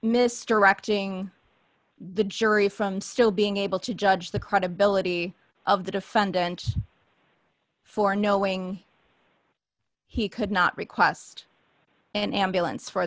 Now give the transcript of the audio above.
wrecking the jury from still being able to judge the credibility of the defendant for knowing he could not request an ambulance for